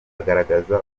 agaragaza